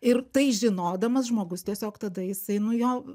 ir tai žinodamas žmogus tiesiog tada jisai nu jo